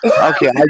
Okay